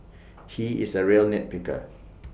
he is A real nit picker